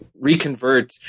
reconvert